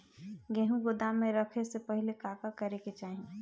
गेहु गोदाम मे रखे से पहिले का का करे के चाही?